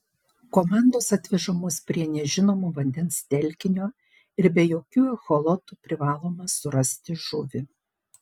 komandos atvežamos prie nežinomo vandens telkinio ir be jokių echolotų privaloma surasti žuvį